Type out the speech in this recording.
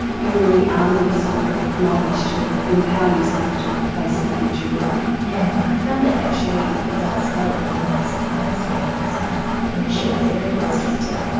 you're really arming yourself with knowledge to empower yourself to face the future really. yeah, i found it actually does help and and that surprised me because my initial theory was just to